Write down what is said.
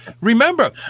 Remember